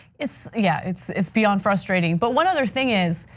it's yeah, it's it's beyond frustrating. but one other thing is,